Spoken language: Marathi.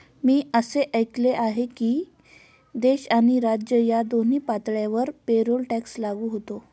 मी असे ऐकले आहे की देश आणि राज्य या दोन्ही पातळ्यांवर पेरोल टॅक्स लागू होतो